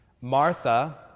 Martha